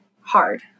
hard